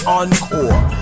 encore